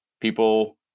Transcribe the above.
people